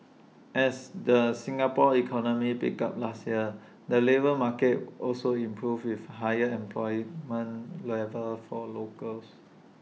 as the Singapore economy picked up last year the labour market also improved with higher employment levels for locals